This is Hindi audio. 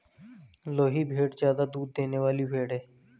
लोही भेड़ ज्यादा दूध देने वाली भेड़ है